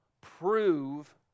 prove